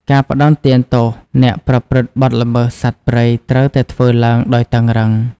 ការផ្តន្ទាទោសអ្នកប្រព្រឹត្តបទល្មើសសត្វព្រៃត្រូវតែធ្វើឡើងដោយតឹងរ៉ឹង។